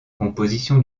composition